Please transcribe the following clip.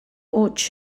hots